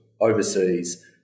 overseas